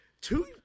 two